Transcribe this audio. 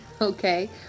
Okay